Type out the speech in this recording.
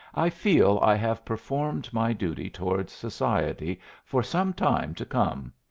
i feel i have performed my duty towards society for some time to come.